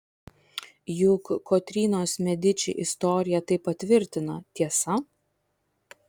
juk kotrynos mediči istorija tai patvirtina tiesa